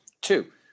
Two